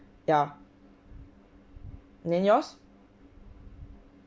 ya and then yours